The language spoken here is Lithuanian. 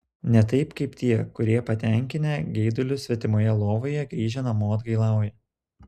ne taip kaip tie kurie patenkinę geidulius svetimoje lovoje grįžę namo atgailauja